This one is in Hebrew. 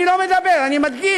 אני לא מדבר, אני מדגיש,